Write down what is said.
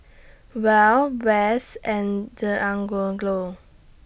Wells West and Deangelo